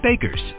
Bakers